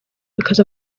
because